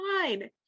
fine